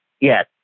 yes